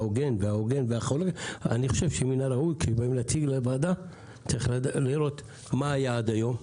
אני חושב שמן הראוי כשבאים להציג לוועדה לראות מה היה עד היום,